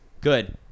Good